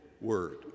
word